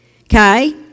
okay